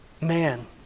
man